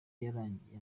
yarangije